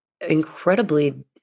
incredibly